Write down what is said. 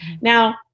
Now